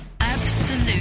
Absolute